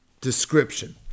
Description